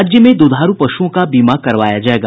राज्य में दुधारू पशुओं का बीमा कराया जायेगा